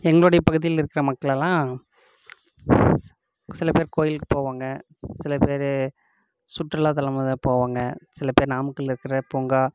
எங்களுடைய பகுதியில் இருக்கிற மக்களெல்லாம் சில பேர் கோயிலுக்கு போவாங்க சில பேர் சுற்றுலாத்தலம் எதாவது போவாங்க சில பேர் நாமக்கல்லில் இருக்கிற பூங்கா